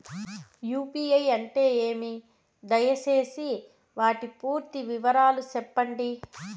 UPI అంటే ఏమి? దయసేసి వాటి పూర్తి వివరాలు సెప్పండి?